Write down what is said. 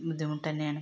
ബുദ്ധിമുട്ട് തന്നെയാണ്